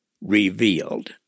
revealed